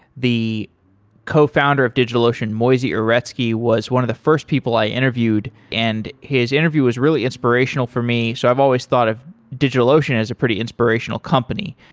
the cofounder of digitalocean, moisey uretsky, was one of the first people i interviewed and his interview is really inspirational for me, so i've always thought of digitalocean is a pretty inspirational company.